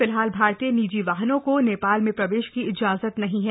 फिलहाल भारतीय निजी वाहनों को नप्राल में प्रवश्न की इजाजत नहीं है